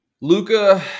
Luca